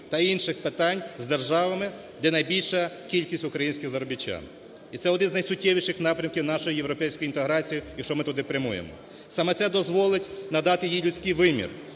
та інших питань з державами, де найбільша кількість українських заробітчан. І це один із найсуттєвіших напрямків нашої європейської інтеграції і що ми туди прямуємо. Саме це дозволить надати людський вимір.